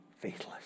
faithless